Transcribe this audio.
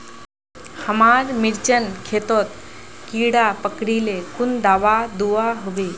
हमार मिर्चन खेतोत कीड़ा पकरिले कुन दाबा दुआहोबे?